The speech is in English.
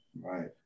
Right